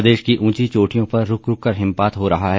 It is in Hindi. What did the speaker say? प्रदेश की ऊंची चोटियों पर रूक रूक कर हिमपात हो रहा है